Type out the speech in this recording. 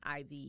IV